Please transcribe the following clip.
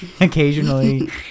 occasionally